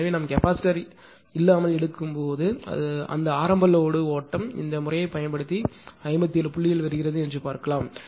எனவே நாம் கெபாசிட்டர் இல்லாமல் எடுக்கும்போது அந்த ஆரம்ப லோடு ஓட்டம் இந்த முறையைப் பயன்படுத்தி 57 புள்ளிகள் வருகிறது என்று பார்க்கலாம்